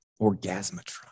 Orgasmatron